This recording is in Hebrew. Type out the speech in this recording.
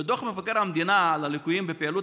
בדוח מבקר המדינה על הליקויים בפעילות